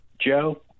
Joe